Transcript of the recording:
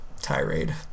tirade